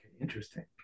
Interesting